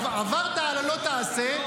עברת על לא תעשה,